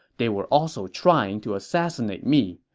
they were also trying to assassinate me.